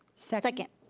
second. second.